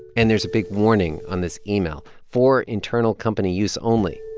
and there's a big warning on this email for internal company use only.